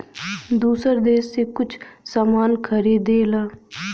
दूसर देस से कुछ सामान खरीदेला